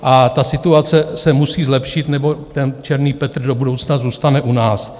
A ta situace se musí zlepšit, nebo černý Petr do budoucna zůstane u nás.